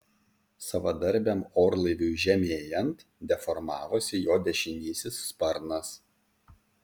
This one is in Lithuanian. savadarbiam orlaiviui žemėjant deformavosi jo dešinysis sparnas